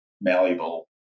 malleable